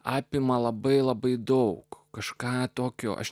apima labai labai daug kažką tokio aš